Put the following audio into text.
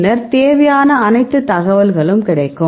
பின்னர் தேவையான அனைத்து தகவல்களும் கிடைக்கும்